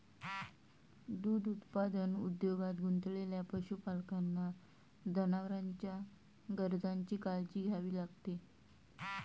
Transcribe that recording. दूध उत्पादन उद्योगात गुंतलेल्या पशुपालकांना जनावरांच्या गरजांची काळजी घ्यावी लागते